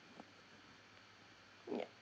ya